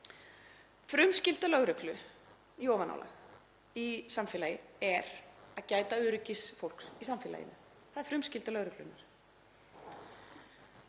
Frumskylda lögreglu í ofanálag í samfélagi er að gæta öryggis fólks í samfélaginu. Það er frumskylda lögreglunnar.